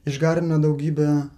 išgarina daugybę